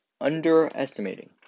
underestimating